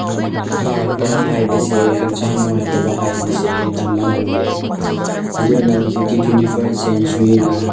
ꯅꯥꯔꯛꯄ ꯍꯥꯏꯕꯁꯦ ꯍꯛꯆꯥꯡ ꯅꯨꯡꯉꯥꯏꯇꯕ ꯍꯥꯏꯕꯁꯦ ꯇꯝꯕ ꯉꯝꯗꯦ ꯑꯗꯨꯅ ꯍꯧꯖꯤꯛꯇꯤ ꯇ꯭ꯋꯦꯟꯇꯤ ꯐꯥꯔꯁ ꯁꯦꯟꯆꯨꯔꯤꯅ